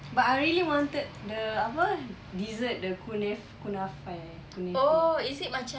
but I really wanted the apa dessert the kunef~ kunafa eh kanafeh